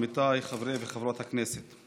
עמיתיי חברי וחברות הכנסת,